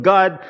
God